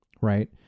Right